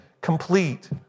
complete